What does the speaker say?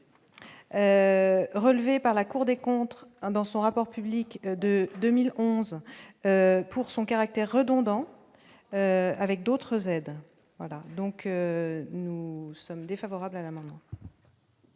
relevés par la Cour des contres, dans son rapport public de 2011 pour son caractère redondant avec d'autres aides, voilà, donc nous sommes défavorables à l'amendement.